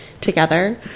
together